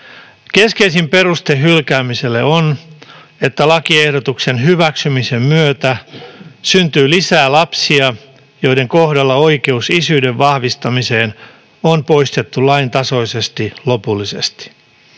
Keskeisin peruste hylkäämiselle on, että lakiehdotuksen hyväksymisen myötä syntyy lisää lapsia, joiden kohdalla oikeus isyyden vahvistamiseen on poistettu laintasoisesti lopullisesti.